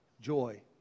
joy